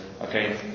Okay